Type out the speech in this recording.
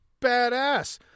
badass